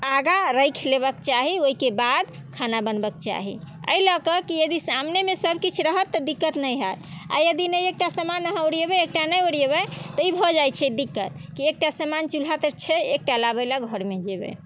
आगाँ राखि लेबाके चाही ओहिके बाद खाना बनबऽके चाही एहि लऽके यदि सामनेमे सब किछु रहत तऽ दिक्कत नहि होयत आ यदि नहि एकटा समान अहाँ ओरिएबै आ एकटा नहि ओरिएबै तऽ भऽ जाइत छै दिक्कत कि एकटा समान चूल्हा पर छै एकटा लाबे ला घर पर जयबै